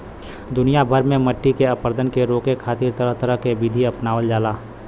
दुनिया भर में मट्टी के अपरदन के रोके खातिर तरह तरह के विधि अपनावल जाला